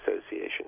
Association